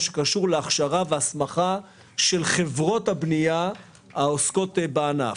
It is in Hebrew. שקשור להכשרה והסמכה של חברות הבנייה העוסקות בענף.